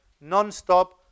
non-stop